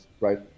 right